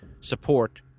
support